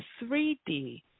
3D